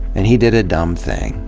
and he did a dumb thing,